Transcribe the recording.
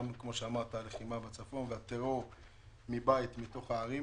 גם בשל המלחמה בצפון והטרור מבית בתוך הערים,